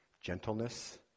gentleness